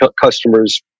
customers